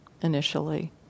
initially